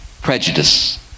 prejudice